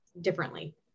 differently